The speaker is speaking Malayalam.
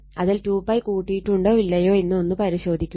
അതിൽ 2π കൂട്ടിയിട്ടുണ്ടോ ഇല്ലയോ എന്ന് ഒന്ന് പരിശോധിക്കുക